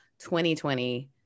2020